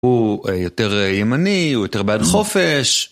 הוא יותר ימני, הוא יותר בעל חופש.